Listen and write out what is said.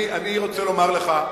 אני רוצה לומר לך,